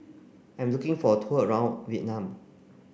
I'm looking for a tour around Vietnam